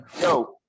Yo